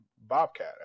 bobcat